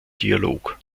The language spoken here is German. dialog